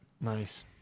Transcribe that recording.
nice